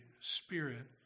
Spirit